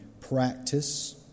practice